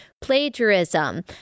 plagiarism